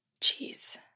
Jeez